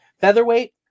featherweight